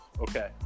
okay